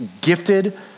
gifted